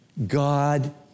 God